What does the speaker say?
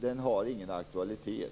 Den har ingen aktualitet.